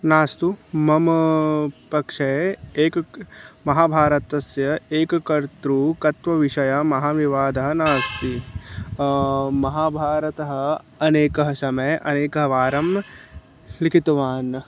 नास्तु मम पक्षे एकः क् महाभारतस्य एककर्तृकत्वविषयमहाविवादः नास्ति महाभारतः अनेकः समये अनेकवारं लिखितवान्